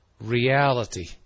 reality